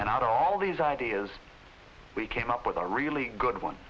and all these ideas we came up with a really good